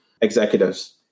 executives